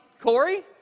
Corey